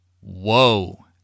Whoa